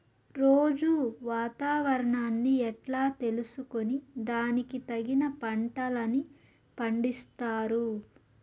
రోజూ వాతావరణాన్ని ఎట్లా తెలుసుకొని దానికి తగిన పంటలని పండిస్తారు?